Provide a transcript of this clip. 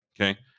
Okay